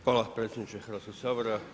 Hvala predsjedniče Hrvatskog sabora.